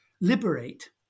liberate